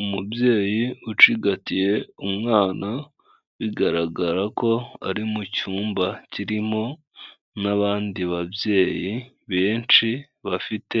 Umubyeyi ucigatiye umwana, bigaragara ko ari mu cyumba kirimo n'abandi babyeyi benshi bafite